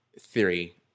theory